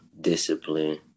discipline